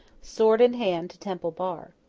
sword in hand, to temple bar.